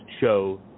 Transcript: show